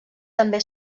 també